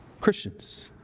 Christians